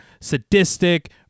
sadistic